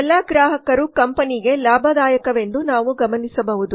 ಎಲ್ಲಾ ಗ್ರಾಹಕರು ಕಂಪನಿಗೆ ಲಾಭದಾಯಕವೆಂದು ನಾವು ಗಮನಿಸಬಹುದು